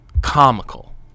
comical